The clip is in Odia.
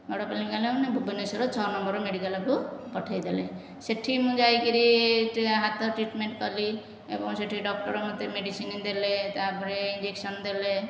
ବଡ଼ ମେଡ଼ିକାଲ ମାନେ ଭୁବନେଶ୍ୱର ଛଅ ନମ୍ବର ମେଡ଼ିକାଲକୁ ପଠାଇଲେ ସେଠି ମୁଁ ଯାଇକିରି ଟ୍ରିଟମେଣ୍ଟ କଲି ଏବଂ ଡକ୍ଟର ମୋତେ ମେଡ଼ିସିନ ଦେଲେ ତା'ପରେ ଇଂଜେକସନ ଦେଲେ